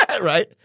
Right